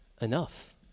enough